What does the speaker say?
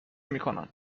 میکنند